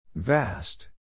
Vast